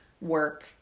work